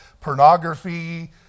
pornography